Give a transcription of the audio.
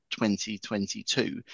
2022